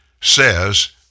says